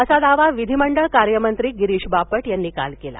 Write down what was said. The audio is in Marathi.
असा दावा विधानकार्य मंत्री गिरीश बापट यांनी काल केला